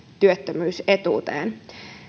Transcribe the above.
työttömyysetuuteen